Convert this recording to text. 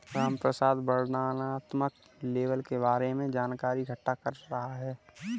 रामप्रसाद वर्णनात्मक लेबल के बारे में जानकारी इकट्ठा कर रहा है